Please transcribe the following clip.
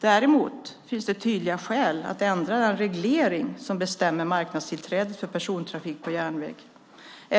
Däremot finns det tydliga skäl att ändra den reglering som bestämmer marknadstillträdet för persontrafik på järnväg.